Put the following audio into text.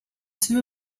two